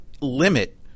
limit